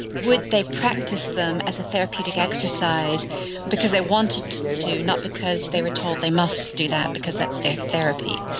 would they practice them as a therapeutic exercise because they wanted to, not because they were told they must do that because that's their therapy.